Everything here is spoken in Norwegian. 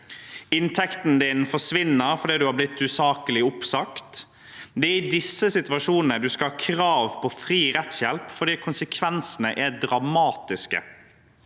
inntekten forsvinner fordi man har blitt usaklig oppsagt. Det er i disse situasjonene man skal ha krav på fri rettshjelp, fordi konsekvensene er dramatiske.